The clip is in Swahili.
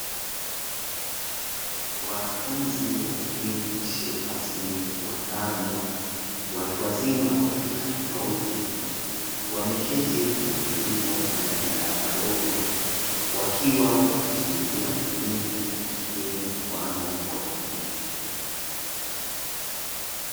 Wanafunzi wa elimu isiyo rasmi watano watu wazima wa rika tofauti; wameketi kwa utulivu ndani ya darasa dogo, wakiwa wanamsubiria mwalimu aingie na kuanza kuwafundisha.